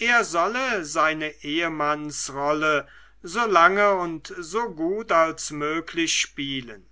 er solle seine ehemannsrolle so lange und so gut als möglich spielen